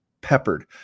peppered